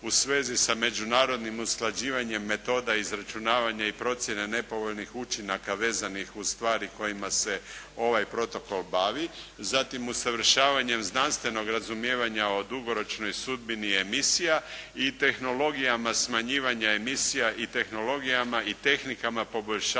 u svezi s međunarodnim usklađivanjem metoda, izračunavanje i procjene nepovoljnih učinaka vezanih uz stvari kojima se ovaj protokol bavi, zatim usavršavanjem znanstvenog razumijevanja o dugoročnoj sudbini emisija i tehnologijama smanjivanja emisija i tehnologijama i tehnikama poboljšavanja